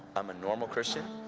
i'm a normal christian.